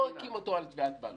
לא הקימה אותו על תביעת בעלות.